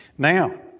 Now